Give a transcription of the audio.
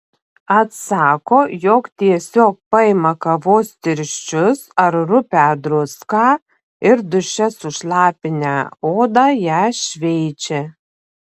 atsako jog tiesiog paima kavos tirščius ar rupią druską ir duše sušlapinę odą ją šveičia